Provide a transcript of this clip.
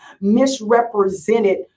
misrepresented